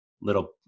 little